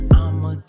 I'ma